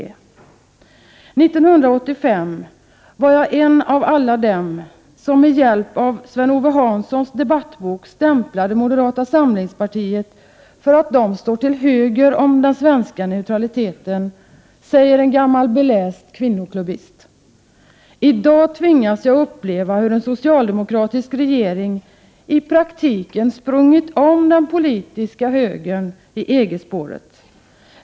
År 1985 var jag en av alla dem som med hjälp av Sven-Ove Hanssons debattbok stämplade moderata samlingspartiet för att de står till höger om den svenska neutraliteten, säger en gammal beläst kvinnoklubbist. I dag tvingas jag uppleva hur en socialdemokratisk regering i praktiken sprungit om den politiska högern i EG-spåret.